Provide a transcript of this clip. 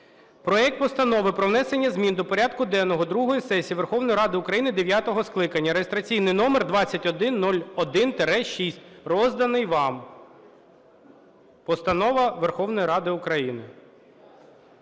Проект Постанови про внесення змін до порядку денного другої сесії Верховної Ради України дев'ятого скликання (реєстраційний номер 2101-6), розданий вам. Постанова Верховної Ради України.